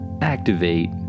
Activate